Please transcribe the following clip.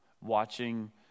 watching